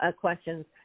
questions